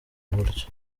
buryo